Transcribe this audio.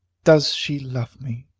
does she love me?